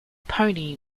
pony